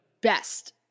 best